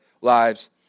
lives